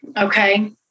Okay